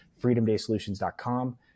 freedomdaysolutions.com